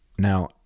Now